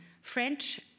French